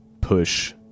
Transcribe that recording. push